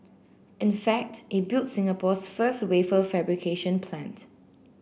in fact it built Singapore's first wafer fabrication plant